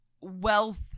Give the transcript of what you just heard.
Wealth